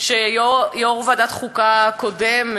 שיו"ר ועדת החוקה הקודם,